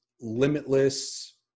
limitless